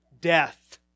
Death